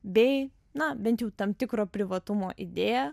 bei na bent jau tam tikro privatumo idėją